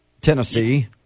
Tennessee